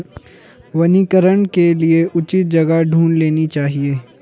वनीकरण के लिए उचित जगह ढूंढ लेनी चाहिए